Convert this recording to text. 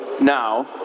now